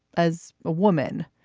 as a woman,